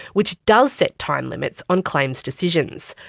which does set time limits on claims decisions.